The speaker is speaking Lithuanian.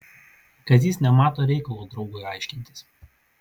kazys nemato reikalo draugui aiškintis